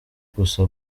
gusa